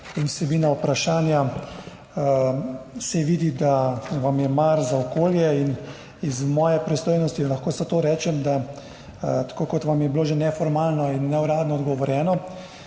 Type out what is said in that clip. in vsebine vprašanja se vidi, da vam je mar za okolje. Iz moje pristojnosti lahko samo rečem, tako kot vam je bilo že neformalno in neuradno odgovorjeno,